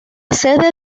sede